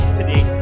today